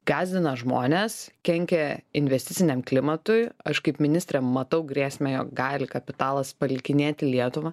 gąsdina žmones kenkia investiciniam klimatui aš kaip ministrė matau grėsmę jog gali kapitalas palikinėti lietuvą